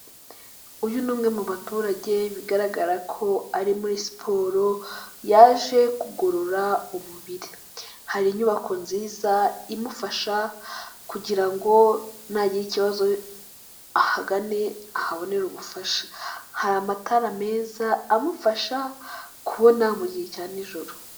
Uyu ni umwe mu baturage bigaragara ko ari muri siporo, yaje kugorora umubiri, hari inyubako nziza imufasha kugira ngo nagire ikibazo ahagane, ahabonera ubufasha, hari amatara meza amufasha kubona mu gihe cya nijoro.